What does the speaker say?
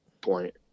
point